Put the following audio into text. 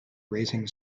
raising